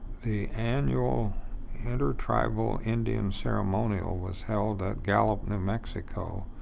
the annual intertribal indian ceremonial was held at gallup, new mexico.